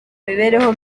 imibereho